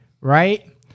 right